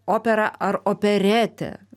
opera ar operetė